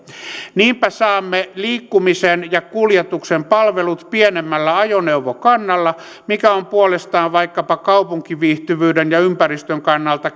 niinpä saamme liikkumisen ja kuljetuksen palvelut pienemmällä ajoneuvokannalla mikä on puolestaan vaikkapa kaupunkiviihtyvyyden ja ympäristön kannalta